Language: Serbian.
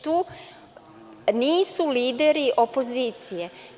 To nisu lideri opozicije.